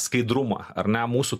skaidrumą ar ne mūsų